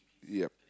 yup